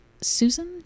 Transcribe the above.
Susan